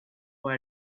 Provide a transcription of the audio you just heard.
for